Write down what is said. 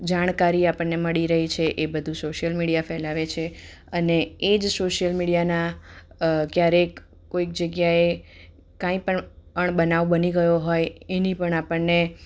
જાણકારી આપણને મળી રહી છે એ બધું સોસલ મીડિયા ફેલાવે છે અને એ જ સોસલ મીડિયાના ક્યારેક કોઈક જગ્યાએ કાંઈ પણ અણબનાવ બની ગયો હોય એની પણ આપણને